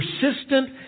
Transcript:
persistent